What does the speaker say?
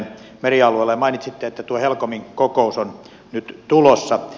mainitsitte että tuo helcomin kokous on nyt tulossa